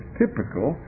typical